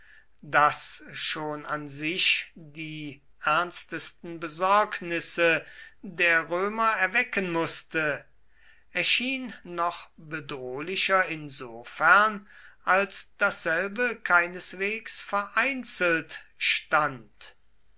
das schon an sich die ernstesten besorgnisse der römer erwecken mußte erschien noch bedrohlicher insofern als dasselbe keineswegs vereinzelt stand